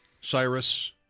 Cyrus